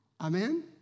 Amen